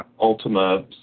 Ultima